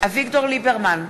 אביגדור ליברמן,